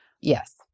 Yes